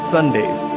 Sundays